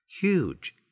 Huge